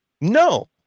No